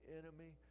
enemy